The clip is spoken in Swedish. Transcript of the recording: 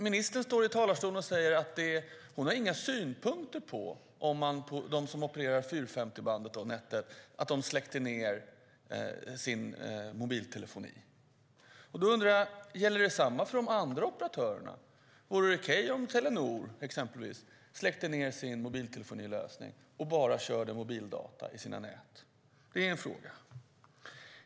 Ministern står i talarstolen och säger att hon inte har några synpunkter på att de som opererar 450-bandet, Net 1, släckte ned sin mobiltelefoni. Då undrar jag: Gäller detsamma för de andra operatörerna? Vore det okej om exempelvis Telenor släckte ned sin mobiltelefonilösning och bara körde mobildata i sina nät?